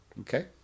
Okay